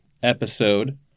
episode